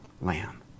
lamb